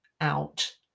out